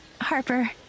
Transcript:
Harper